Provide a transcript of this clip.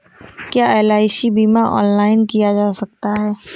क्या एल.आई.सी बीमा ऑनलाइन किया जा सकता है?